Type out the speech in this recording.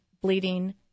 bleeding